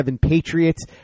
Patriots